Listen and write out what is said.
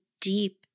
deep